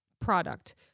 product